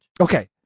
Okay